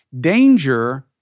Danger